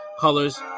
Colors